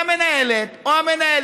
המנהלת או המנהל,